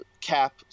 Cap